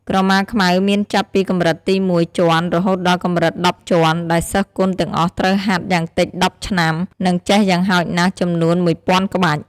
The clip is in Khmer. ក្រមាខ្មៅមានចាប់ពីកម្រិតទី១ជាន់រហូតដល់កម្រិត១០ជាន់ ដែលសិស្សគុនទាំងអស់ត្រូវហាត់យ៉ាងតិច១០ឆ្នាំ និងចេះយ៉ាងហោចណាស់ចំនួនមួយពាន់ក្បាច់។